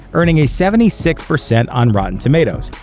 earning a seventy six percent on rotten tomatoes,